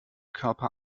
körper